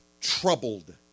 troubled